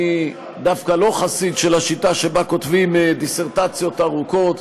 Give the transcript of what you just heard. אני דווקא לא חסיד של השיטה שבה כותבים דיסרטציות ארוכות,